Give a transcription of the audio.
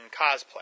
cosplay